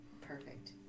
perfect